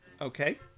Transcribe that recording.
Okay